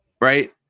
right